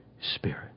Spirit